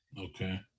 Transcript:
Okay